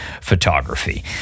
photography